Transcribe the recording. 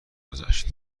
گذشت